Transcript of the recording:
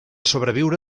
sobreviure